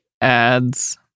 ads